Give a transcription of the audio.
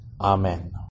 Amen